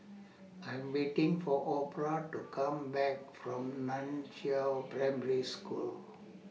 I 'm waiting For Orah to Come Back from NAN Chiau Primary School